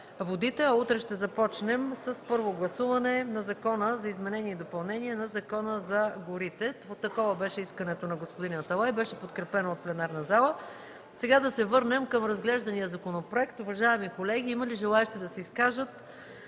водите, а утре ще започнем с Първо гласуване на законопроекти за изменение и допълнение на Закона за горите. Такова беше искането на господин Аталай и беше подкрепено от пленарната зала. Сега да се върнем към разглеждания законопроект. Уважаеми колеги, има ли желаещи да се изкажат